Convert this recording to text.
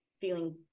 feeling